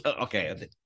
okay